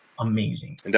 amazing